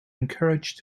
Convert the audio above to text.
encouraged